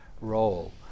role